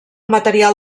material